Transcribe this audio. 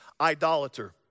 idolater